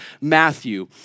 Matthew